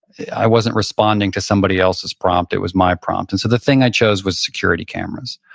i wasn't responding to somebody else's prompt. it was my prompt and so the thing i chose was security cameras,